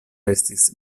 estis